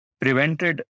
prevented